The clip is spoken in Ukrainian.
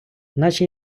наче